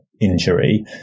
injury